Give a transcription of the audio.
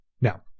Now